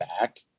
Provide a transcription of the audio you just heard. back